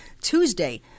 Tuesday